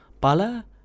pala